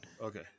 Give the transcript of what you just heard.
Okay